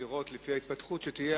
לראות לפי ההתפתחות שתהיה,